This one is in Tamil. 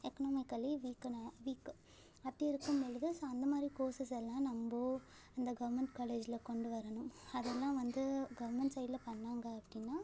எக்கனாமிக்கலி வீக்கனாக வீக் அப்படி இருக்கும் பொழுது ஸோ அந்த மாதிரி கோர்ஸஸ் எல்லாம் நம்ப இந்த கவுர்மெண்ட் காலேஜ்ல கொண்டு வரணும் அதெல்லாம் வந்து கவுர்மெண்ட் சைட்ல பண்ணாங்கள் அப்படின்னா